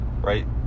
right